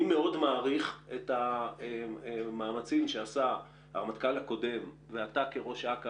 אני מאוד מעריך את המאמצים שעשה הרמטכ"ל הקודם ואתה כראש אכ"א,